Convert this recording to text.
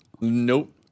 Nope